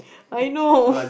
I know